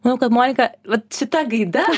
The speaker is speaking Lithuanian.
manau kad monika vat šita gaida